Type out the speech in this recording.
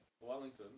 Wellington